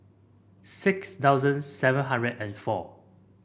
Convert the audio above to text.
six thousand seven hundred and four